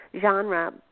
genre